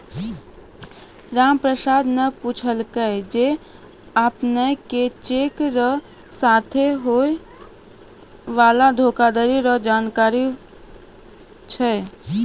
रामप्रसाद न पूछलकै जे अपने के चेक र साथे होय वाला धोखाधरी रो जानकारी छै?